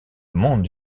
monde